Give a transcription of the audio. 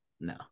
No